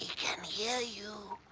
can hear you.